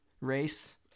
race